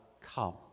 come